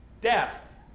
death